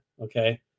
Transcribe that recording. okay